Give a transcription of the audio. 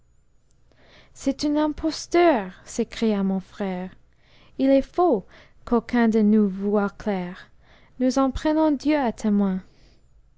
c'est une imposture s'écria mon frère il est faux qu'aucun de nous voie clair nous en prenons dieu à témoin